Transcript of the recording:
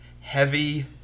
heavy